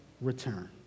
return